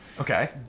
Okay